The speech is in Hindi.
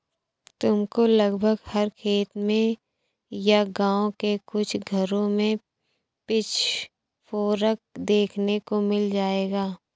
तुमको लगभग हर खेत में या गाँव के कुछ घरों में पिचफोर्क देखने को मिल जाएगा